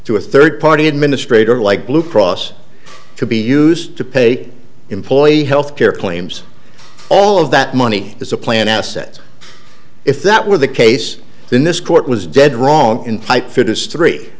to a third party administrator like blue cross could be used to pay employee health care claims all of that money is a plan assets if that were the case then this court was dead wrong in pipefitters three